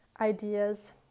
ideas